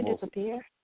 disappear